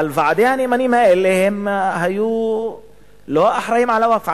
אבל ועדי הנאמנים האלה לא היו אחראים על הווקף,